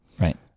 Right